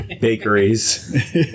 bakeries